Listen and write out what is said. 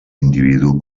individu